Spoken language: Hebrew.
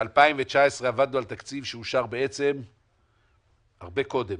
ב-2019 עבדנו על תקציב שאושר בעצם הרבה קודם,